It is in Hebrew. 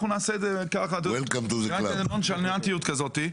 נונשלנטיות כזאת.